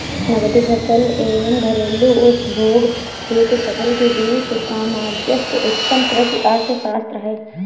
नकदी फसल एवं घरेलू उपभोग हेतु फसल के बीच सामंजस्य उत्तम कृषि अर्थशास्त्र है